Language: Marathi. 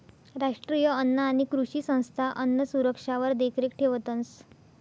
राष्ट्रीय अन्न आणि कृषी संस्था अन्नसुरक्षावर देखरेख ठेवतंस